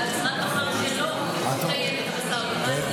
והמשרד בחר שלא לקיים את המשא ומתן הזה.